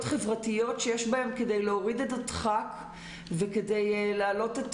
חברתיות שיש בהן כדי להוריד את הדחק וכדי להעלות את